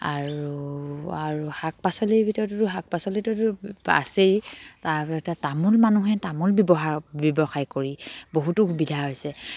আৰু আৰু শাক পাচলিৰ ভিতৰততো শাক পাচলিটোতো আছেই তাৰ এ তামোল মানুহে তামোল ব্যৱহাৰ ব্যৱসায় কৰি বহুতো সুবিধা হৈছে